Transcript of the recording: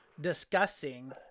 discussing